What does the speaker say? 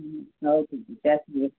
ହୁଁ ହଉ ଠିକ୍ ଅଛି